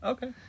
Okay